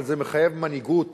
אבל זה מחייב מנהיגות